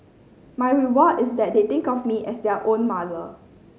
my reward is that they think of me as their own mother